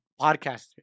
podcaster